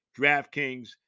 DraftKings